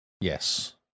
yes